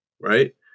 right